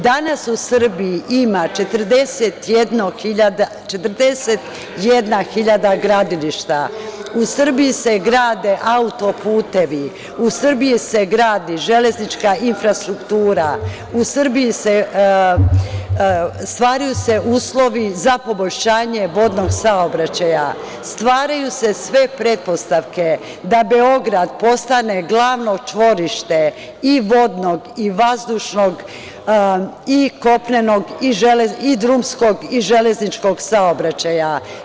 Danas u Srbiji ima 41 hiljada gradilišta, u Srbiji se grade autoputevi, u Srbiji se gradi železnička infrastruktura, u Srbiji se stvaraju uslovi za poboljšanje vodnog saobraćaja, stvaraju se sve pretpostavke da Beograd postane glavnog čvorište i vodnog i vazdušnog i drumskog i železničkog saobraćaja.